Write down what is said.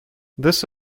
this